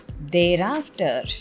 thereafter